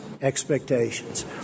expectations